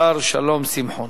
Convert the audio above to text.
השר שלום שמחון.